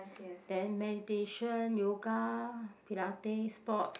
then meditation yoga pilate sports